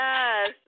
Yes